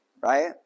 right